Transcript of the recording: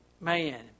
man